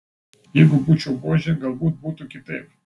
jeigu būčiau buožė galbūt būtų kitaip